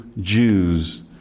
Jews